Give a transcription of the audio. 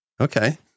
Okay